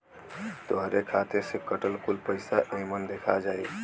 तोहरे खाते से कटल कुल पइसा एमन देखा जाई